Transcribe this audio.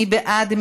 מי בעד?